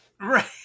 Right